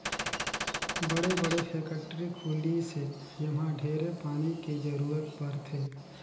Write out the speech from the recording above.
बड़े बड़े फेकटरी खुली से जेम्हा ढेरे पानी के जरूरत परथे